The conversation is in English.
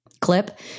clip